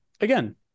again